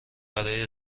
برای